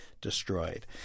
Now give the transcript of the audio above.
destroyed